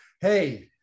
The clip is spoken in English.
Hey